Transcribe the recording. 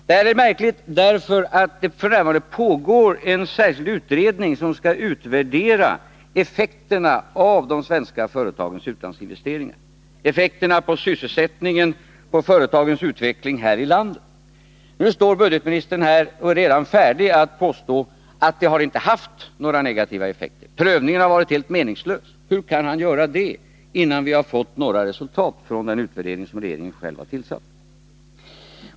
Det är märkligt att man gör ett sådant uttalande, eftersom det f: n. pågår en särskild utredning som skall utvärdera effekterna av de svenska företagens utlandsinvesteringar, effekterna på sysselsättningen, på företagens utveckling här i landet. Nu står budgetministern här och är redan färdig att påstå att det inte har varit några negativa effekter, att prövningen har varit helt meningslös. Hur kan han göra det innan vi har fått några resultat från den utredning som regeringen själv har tillsatt?